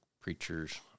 preachers